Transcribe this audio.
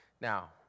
Now